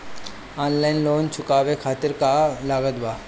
Online loan चुकावे खातिर का का लागत बा?